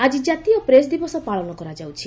ଆଜି ଜାତୀୟ ପ୍ରେସ୍ ଦିବସ ପାଳନ କରାଯାଉଛି